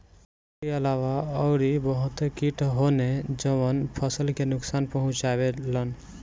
एकरी अलावा अउरी बहते किट होने जवन फसल के नुकसान पहुंचावे लन